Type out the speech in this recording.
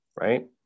right